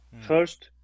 first